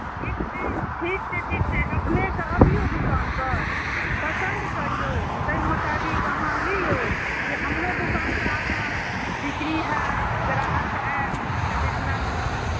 ठीक छै ठीक छै ठीक छै अपनेके अबियौ दोकानपर पसन्द करियौ ताहि मुताबिक अहाँ लियौ जे हमरो दोकानके आगाँ बिक्री हैत ग्राहक आयत अहाँकेँ देखलासँ